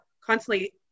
constantly